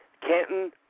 Canton